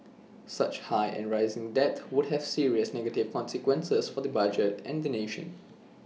such high and rising debt would have serious negative consequences for the budget and the nation